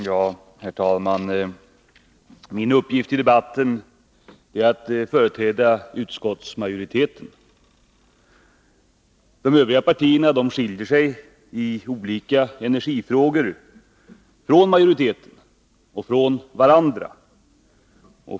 Herr talman! Min uppgift i debatten är att företräda utskottsmajoriteten. De övriga partierna skiljer sig i olika energifrågor från utskottsmajoriteten och från varandra.